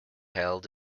held